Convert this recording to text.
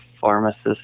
pharmacist